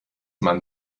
man